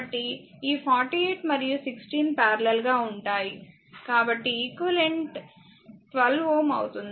కాబట్టి ఈ 48 మరియు 16 పారలెల్ గా ఉంటాయి కాబట్టి ఈక్వివలెంట్ 12 Ω అవుతుంది